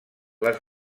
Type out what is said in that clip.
les